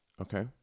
Okay